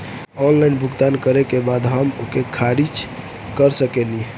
Online भुगतान करे के बाद हम ओके खारिज कर सकेनि?